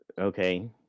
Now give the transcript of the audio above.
okay